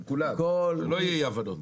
שלא יהיו אי הבנות.